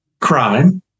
crime